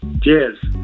Cheers